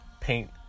paint